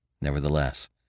Nevertheless